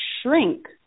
shrink